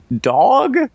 dog